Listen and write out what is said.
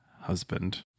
husband